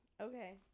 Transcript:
Okay